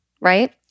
right